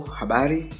habari